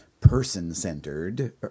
person-centered